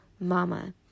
mama